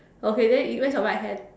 okay then you raise your right hand